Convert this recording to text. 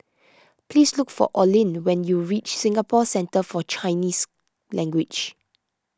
please look for Oline when you reach Singapore Centre for Chinese Language